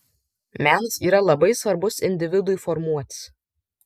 menas yra labai svarbus individui formuotis